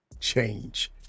change